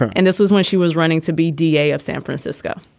and this was when she was running to be d a. of san francisco